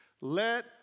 Let